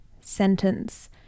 sentence